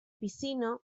piscina